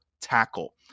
tackle